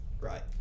right